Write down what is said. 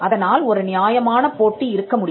அதனால் ஒரு நியாயமான போட்டி இருக்க முடியும்